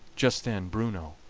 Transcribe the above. just then bruno,